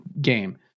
game